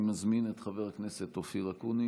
אני מזמין את חבר הכנסת אופיר אקוניס,